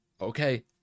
okay